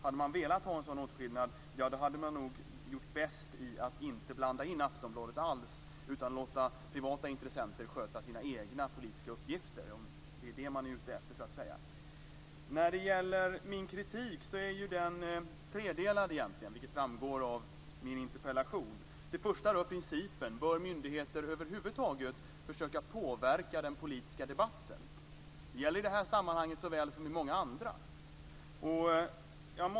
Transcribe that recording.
Hade man velat ha en sådan åtskillnad hade man nog gjort bäst i att inte blanda in Aftonbladet alls. Man skulle då låta privata intressenter sköta sina egna politiska uppgifter. Min kritik är egentligen tredelad, vilket framgår av min interpellation. Det första rör principen: Bör myndigheter över huvud taget försöka påverka den politiska debatten? Det gäller i det här sammanhanget såväl som i många andra.